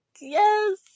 Yes